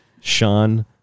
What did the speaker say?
Sean